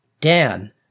Dan